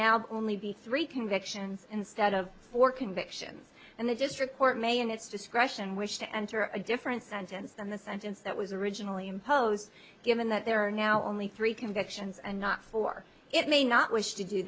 now only be three convictions instead of four convictions and the district court may in its discretion wish to enter a different sentence than the sentence that was originally imposed given that there are now only three convictions and not four it may not wish to do